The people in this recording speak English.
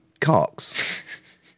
cocks